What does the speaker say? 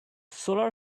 solar